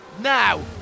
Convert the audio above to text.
now